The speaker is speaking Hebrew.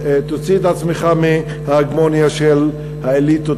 ותוציא את עצמך מההגמוניה של האליטות